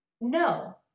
no